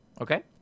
Okay